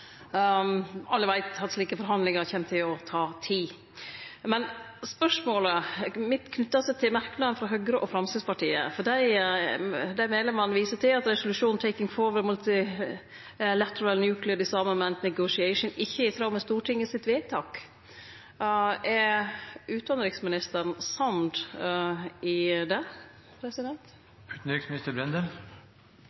Alle veit at slike forhandlingar kjem til å ta tid. Spørsmålet mitt knyter seg til merknaden frå Høgre og Framstegspartiet. Dei medlemene viser til at resolusjonen «Taking forward multilateral nuclear disarmament negotiations» ikkje er i tråd med Stortingets vedtak. Er utanriksministeren samd i det?